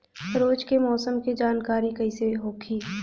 रोज के मौसम के जानकारी कइसे होखि?